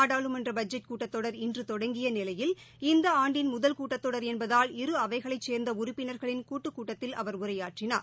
நாடாளுமன்ற பட்ஜெட் கூட்டத்தொடர் இன்று தொடங்கிய நிலையில் இந்த ஆண்டின் முதல் கூட்டத்தொடர் என்பதால் இரு அவைகளைச் சேர்ந்த உறுப்பினர்களின் கூட்டுக் கூட்டத்தில் அவர் உரையாற்றினார்